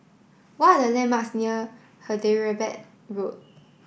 what are the landmarks near Hyderabad Road